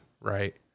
right